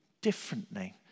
differently